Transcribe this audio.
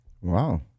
Wow